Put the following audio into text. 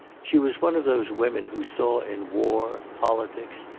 she was one of those women who saw in war, politics,